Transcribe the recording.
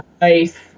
nice